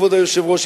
כבוד היושב-ראש,